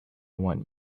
want